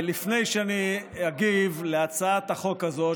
לפני שאני אגיב להצעת החוק הזאת,